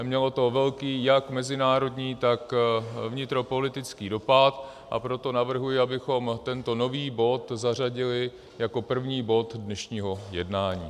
Mělo to velký jak mezinárodní, tak vnitropolitický dopad, a proto navrhuji, abychom tento nový bod zařadili jako první bod dnešního jednání.